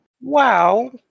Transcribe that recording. wow